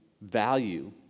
value